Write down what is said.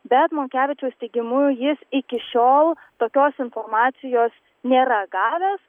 bet monkevičiaus teigimu jis iki šiol tokios informacijos nėra gavęs